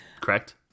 correct